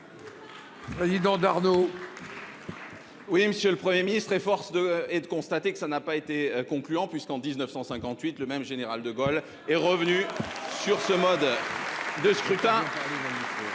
Merci beaucoup. Oui monsieur le premier ministre et force est de constater que ça n'a pas été concluant puisqu'en 1958 le même général de Gaulle est revenu sur ce mode de scrutin.